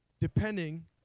Depending